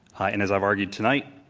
and as i've argued tonight,